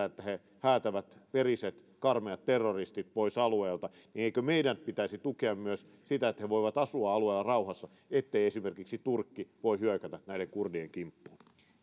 että he häätävät veriset karmeat terroristit pois alueelta pitäisi tukea myös sitä että he voivat asua alueella rauhassa ettei esimerkiksi turkki voi hyökätä näiden kurdien kimppuun